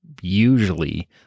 usually